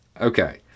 Okay